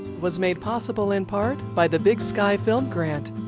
was made possible in part by the big sky film grant.